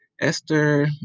Esther